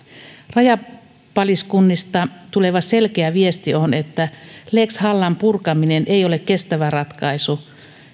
rajapaliskunnista tuleva selkeä viesti on että lex hallan purkaminen ei ole kestävä ratkaisu